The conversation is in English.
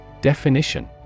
Definition